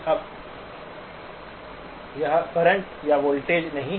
यह अब करंट या वोल्टेज नहीं है